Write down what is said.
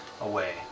away